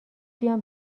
بیام